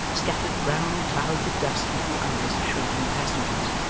scattered brown clouds of dust into the eyes of shrinking passengers,